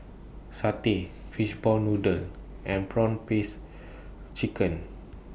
Satay Fishball Noodle and Prawn Paste Chicken